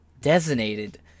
designated